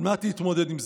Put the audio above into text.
על מנת להתמודד עם זה.